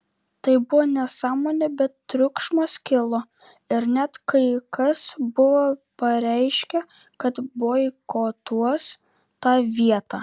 tai buvo nesąmonė bet triukšmas kilo ir net kai kas buvo pareiškę kad boikotuos tą vietą